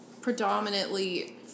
predominantly